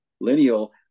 Lineal